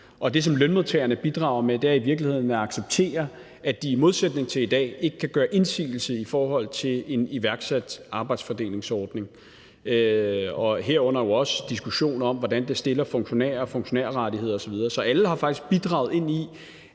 det, som lønmodtagerne bidrager med, er i virkeligheden at acceptere, at de i modsætning til i dag ikke kan gøre indsigelse i forhold til en iværksat arbejdsfordelingsordning, herunder jo også diskussionen om, hvordan det stiller funktionærer med funktionærrettigheder osv. Så alle har faktisk